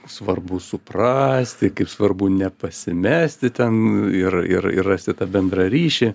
svarbu suprasti kaip svarbu nepasimesti ten ir ir ir rasti tą bendrą ryšį